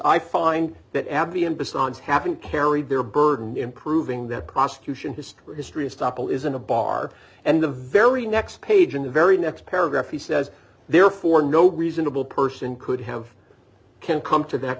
i find that abby and besides having carried their burden in proving that prosecution history or history of stoppel isn't a bar and the very next page in the very next paragraph he says therefore no reasonable person could have can come to that